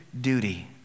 duty